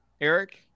Eric